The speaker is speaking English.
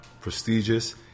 prestigious